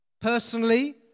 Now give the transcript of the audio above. personally